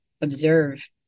observe